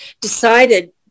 decided